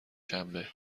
شنبه